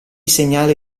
segnale